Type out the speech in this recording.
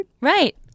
Right